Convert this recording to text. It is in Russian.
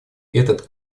этот